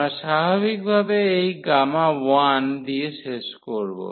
আমরা স্বাভাবিকভাবে এই Γ দিয়ে শেষ করব